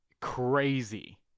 crazy